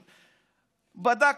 בדקתי,